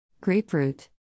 grapefruit